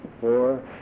four